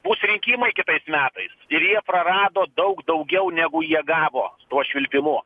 bus rinkimai kitais metais ir jie prarado daug daugiau negu jie gavo tuo švilpimu